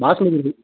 பாஸ்மதி அரிசி